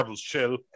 chill